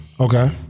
Okay